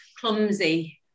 clumsy